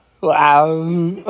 Wow